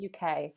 uk